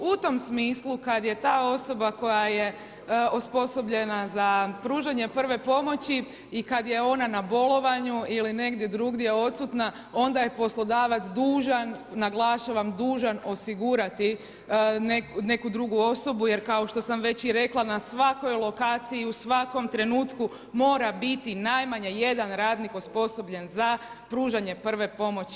U tom smislu kada je ta osoba koja je osposobljena za pružanje prve pomoći i kada je ona na bolovanju ili negdje drugdje odsutna, onda je poslodavac dužan, naglašavan dužan osigurati neku drugu osobo, jer kao što sam već i rekla, na svakoj lokaciji i u svakom trenutku, mora biti najmanje 1 radnik osposobljen za pružanje prve pomoći.